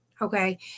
okay